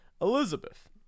Elizabeth